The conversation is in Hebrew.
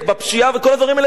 וכל הדברים האלה יש להם משמעות.